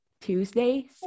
Tuesday